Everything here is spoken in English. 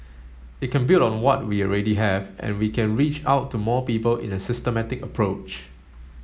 it can build on what we already have and we can reach out to more people in a systematic approach